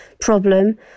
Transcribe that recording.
problem